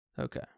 Okay